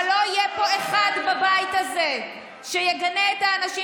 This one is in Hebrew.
אבל לא יהיה פה אחד בבית הזה שיגנה את האנשים